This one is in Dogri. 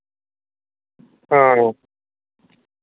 हां